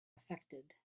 affected